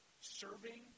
serving